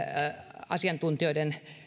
asiantuntijoiden